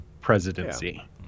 presidency